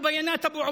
(אומר בערבית: הם שמו את הנתונים של אבו עוביידה.)